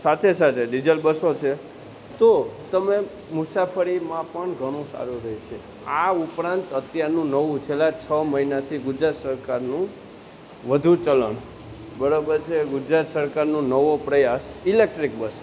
સાથે સાથે ડીઝલ બસો છે તો તમે મુસાફરીમાં પણ ઘણું સારું રે છે આ ઉપરાંત અત્યારનું નવું છેલા છ મહિનાથી ગુજરાત સરકારનું વધુ ચલણ બરોબર છે ગુજરાત સરકારનો નવો પ્રયાસ ઇલેક્ટ્રિક બસ